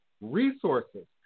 resources